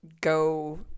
go